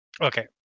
Okay